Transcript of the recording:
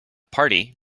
party